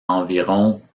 environ